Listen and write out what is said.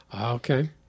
Okay